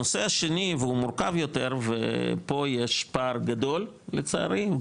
הנושא השני והוא מורכב יותר ופה יש פער גדול לצערי,